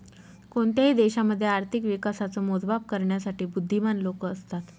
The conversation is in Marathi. कोणत्याही देशामध्ये आर्थिक विकासाच मोजमाप करण्यासाठी बुध्दीमान लोक असतात